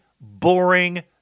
boring